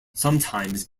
sometimes